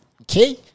okay